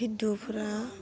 हिन्दुफ्रा